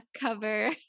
cover